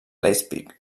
leipzig